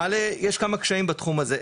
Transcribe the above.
יש כמה קשיים בתחום הזה.